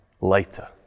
later